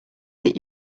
that